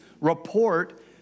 report